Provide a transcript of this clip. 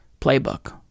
playbook